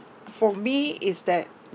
for me is that